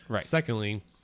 Secondly